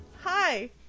hi